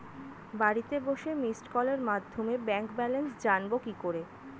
বাড়িতে বসে মিসড্ কলের মাধ্যমে ব্যাংক ব্যালেন্স জানবো কি করে?